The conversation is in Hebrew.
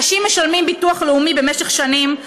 אנשים משלמים ביטוח לאומי במשך שנים,